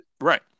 Right